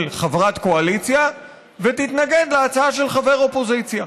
חברת קואליציה ותתנגד להצעה של חבר אופוזיציה.